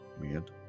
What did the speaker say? Weird